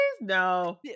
No